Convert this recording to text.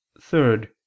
third